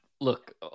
look